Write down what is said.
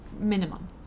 Minimum